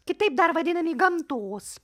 kitaip dar vadinami gamtos